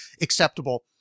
acceptable